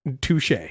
Touche